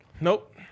Nope